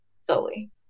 solely